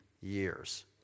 years